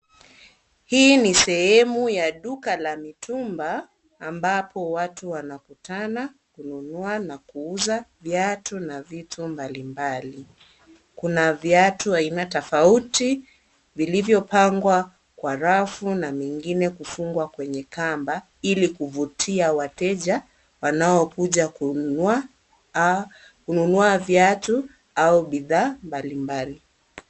Hii ni sehemu ya duka la mitumba, ambapo watu wanakutana kununua na kuuza viatu na vitu mbalimbali. Kuna viatu aina tofauti vilivyopangwa Kwa rafu na mengine kufungwa kwenye kamba ili kuvutia wateja wanaokuja kununua viatu au bidhaa mbalimbali.